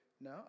no